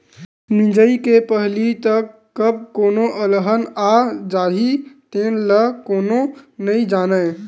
मिजई के पहिली तक कब कोनो अलहन आ जाही तेन ल कोनो नइ जानय